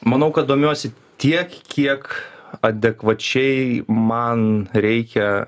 manau kad domiuosi tiek kiek adekvačiai man reikia